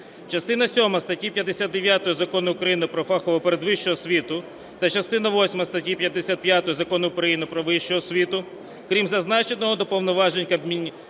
частина сьома статті Закону України "Про фахову передвищу освіту" та частина восьма статті 55 Закону України "Про вищу освіту" крім зазначеного до повноважень Кабінету